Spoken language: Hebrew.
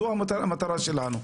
זו מטרתנו.